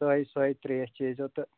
سۄے سۄے ترٛیٚش چیٖزیو تہٕ